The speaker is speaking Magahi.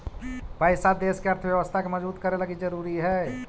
पैसा देश के अर्थव्यवस्था के मजबूत करे लगी ज़रूरी हई